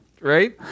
Right